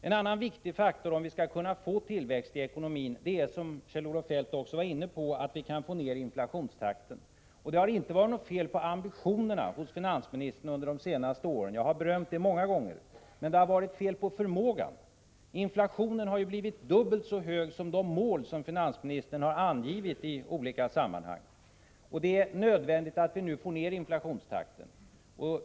En annan viktig faktor för att vi skall kunna få tillväxt i ekonomin är, som Kjell-Olof Feldt också var inne på, att vi får ned inflationstakten. Det har inte varit något fel på finansministerns ambitioner under de senaste åren. Jag har berömt det många gånger, men det har varit fel när det gäller förmågan. Inflationen har blivit dubbelt så hög som de mål som finansministern i olika sammanhang har angivit. Nu är det nödvändigt att vi får ned inflationstakten.